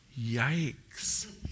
Yikes